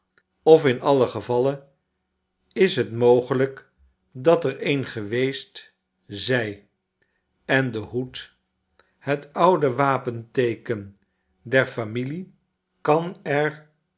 of in alien gevalle is het mogelijk dat er een geweest zij en de hoed het oude wapenteeken derfamilie